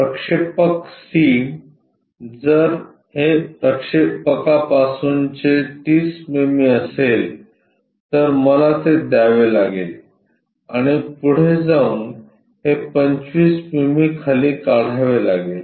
प्रक्षेपक C जर हे प्रक्षेपकापासूनचे 30 मिमी असेल तर मला ते द्यावे लागेल आणि पुढे जाऊन हे 25 मिमी खाली काढावे लागेल